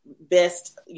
best